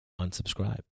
unsubscribe